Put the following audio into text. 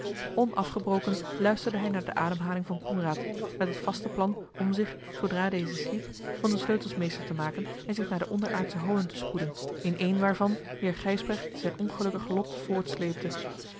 onafgebroken luisterde hij naar de ademhaling van coenraad met het vaste plan om zich zoodra deze sliep van de sleutels meester te maken en zich naar de onderaardsche holen te spoeden in één waarvan heer gijsbrecht zijn ongelukkig lot voortsleepte